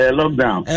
lockdown